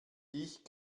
ich